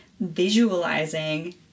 visualizing